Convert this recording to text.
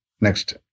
Next